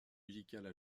musicales